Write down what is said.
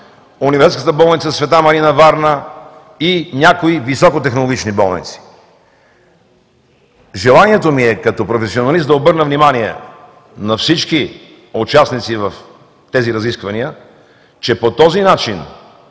Университетската болница „Света Марина“ – Варна, и някои високо технологични болници. Желанието ми е като професионалист да обърна внимание на всички участници в тези разисквания, че по този начин